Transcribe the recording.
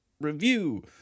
review